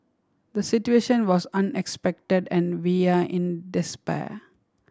the situation was unexpected and we are in despair